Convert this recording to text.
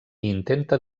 intenta